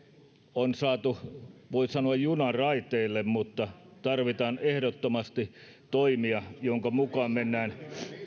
on saatu voi sanoa juna raiteille mutta tarvitaan ehdottomasti toimia joiden mukaan mennään